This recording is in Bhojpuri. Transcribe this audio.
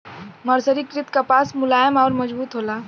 मर्सरीकृत कपास मुलायम आउर मजबूत होला